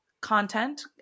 content